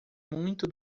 muito